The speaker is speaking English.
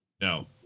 No